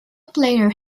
player